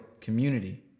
community